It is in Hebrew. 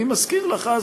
אני מזכיר לך,